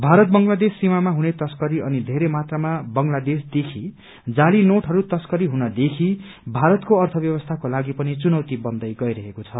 भारत बंगलादेश सीमामा हुने तश्करी अनि धेरै मात्रामा बंगलादेशदेखि जाली नोटहरू तश्करी हुनेदेखि भारतको अर्थव्यवस्थाको लागि पनि चुनौती बन्दै गइरहेको छ